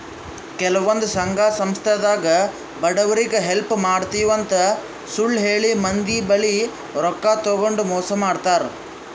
ಕೆಲವಂದ್ ಸಂಘ ಸಂಸ್ಥಾದಾಗ್ ಬಡವ್ರಿಗ್ ಹೆಲ್ಪ್ ಮಾಡ್ತಿವ್ ಅಂತ್ ಸುಳ್ಳ್ ಹೇಳಿ ಮಂದಿ ಬಲ್ಲಿ ರೊಕ್ಕಾ ತಗೊಂಡ್ ಮೋಸ್ ಮಾಡ್ತರ್